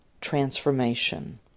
transformation